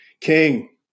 King